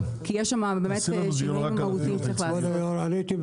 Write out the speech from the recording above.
כי יש שם שינויים מהותיים שצריכים להיעשות.